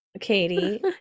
Katie